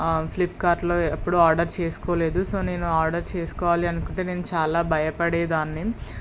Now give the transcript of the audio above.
ఫ్లిప్కార్ట్లో ఎప్పుడూ ఆర్డర్ చేసుకోలేదు సో నేను ఆర్డర్ చేసుకోవాలి అనుకుంటే నేను చాలా భయపడేదాన్ని